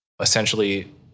essentially